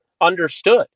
understood